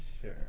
sure